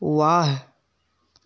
वाह